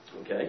Okay